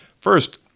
First